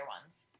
ones